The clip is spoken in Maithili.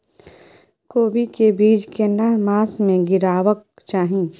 कोबी के बीज केना मास में गीरावक चाही?